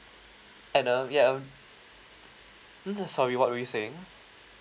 and um ya um mm sorry what were you saying